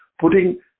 putting